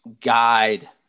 guide